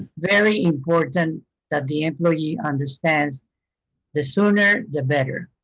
very important that the employee understands the sooner the better.